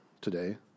today